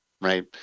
Right